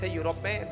Europe